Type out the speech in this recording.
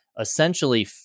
essentially